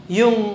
yung